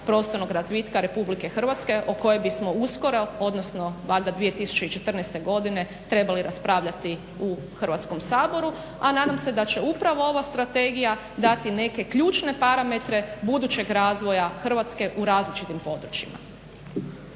prostornog razvitka RH o kojoj bismo uskoro, odnosno valjda 2014. godine trebali raspravljati u Hrvatskom saboru. A nadam se da će upravo ova strategija dati neke ključne parametre budućeg razvoja Hrvatske u različitim područjima.